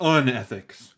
Unethics